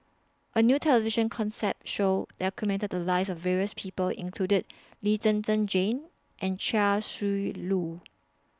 A New television Consent Show documented The Lives of various People included Lee Zhen Zhen Jane and Chia Shi Lu